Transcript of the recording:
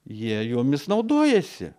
jie jomis naudojasi